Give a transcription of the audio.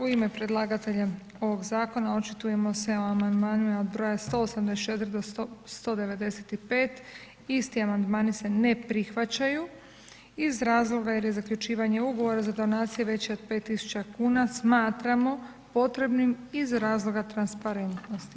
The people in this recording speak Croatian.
U ime predlagatelja ovog zakona očitujemo se o amandmanima od broja 184. do 195., isti amandmani se ne prihvaćaju iz razloga jer je zaključivanje ugovora za donacije veće od 5 tisuća kuna smatramo potrebnim iz razloga transparentnosti.